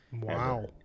Wow